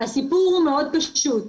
הסיפור הוא מאוד פשוט,